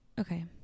Okay